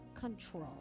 control